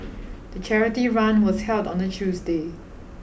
the charity run was held on a Tuesday